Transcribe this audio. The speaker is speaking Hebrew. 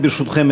ברשותכם,